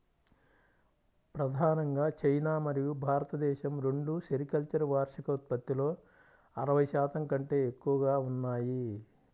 ప్రధానంగా చైనా మరియు భారతదేశం రెండూ సెరికల్చర్ వార్షిక ఉత్పత్తిలో అరవై శాతం కంటే ఎక్కువగా ఉన్నాయి